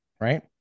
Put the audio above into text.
right